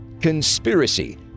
Conspiracy